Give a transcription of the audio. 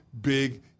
big